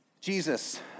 Jesus